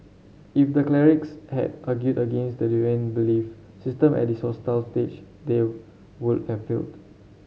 if the clerics had argued against the deviant belief system at this hostile stage they would have failed